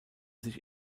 sich